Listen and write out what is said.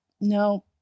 no